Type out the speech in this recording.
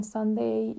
Sunday